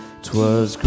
twas